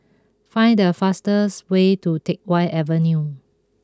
find the fastest way to Teck Whye Avenue